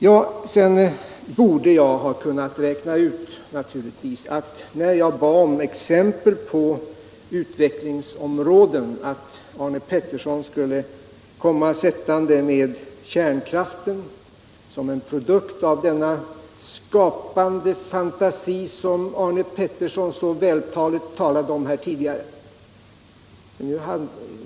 Finansdebatt Finansdebatt När jag bad om exempel på utvecklingsområden hade jag naturligtvis kunnat räkna ut att Arne Pettersson skulle komma sättande med kärnkraften som en produkt av denna skapande fantasi som Arne Pettersson så vältaligt yttrade sig om här tidigare.